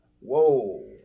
Whoa